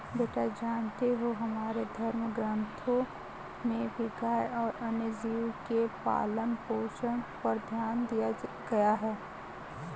बेटा जानते हो हमारे धर्म ग्रंथों में भी गाय और अन्य जीव के पालन पोषण पर ध्यान दिया गया है